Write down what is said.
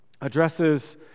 addresses